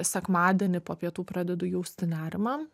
sekmadienį po pietų pradedu jausti nerimą